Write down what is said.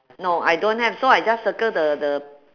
no I don't have so I just circle the the